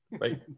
right